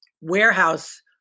warehouse